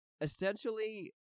essentially